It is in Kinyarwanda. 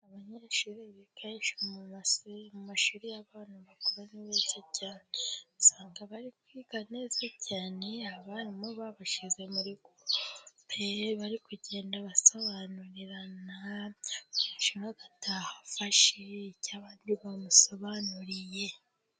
Abanyeshuri kenshi mu maso mu mashuri y'abana bakuru ni beza cyane usanga bari kwiga neza cyane, abarimu babashyize murite bari kugenda abasobanurira icyo abandi bamusobanuriye.